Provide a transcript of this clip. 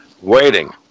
waiting